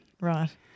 Right